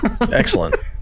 Excellent